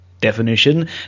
definition